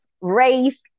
race